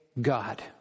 God